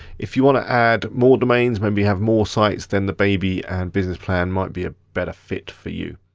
if you wanna add more domains, maybe have more sites, then the baby and business plan might be a better fit for you.